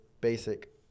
basic